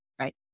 right